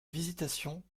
visitation